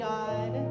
God